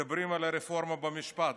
מדברים על הרפורמה במשפט.